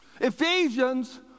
Ephesians